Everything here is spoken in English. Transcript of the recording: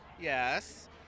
Yes